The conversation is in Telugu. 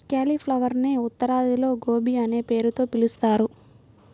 క్యాలిఫ్లవరునే ఉత్తరాదిలో గోబీ అనే పేరుతో పిలుస్తారు